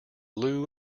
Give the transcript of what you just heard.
loo